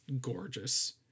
gorgeous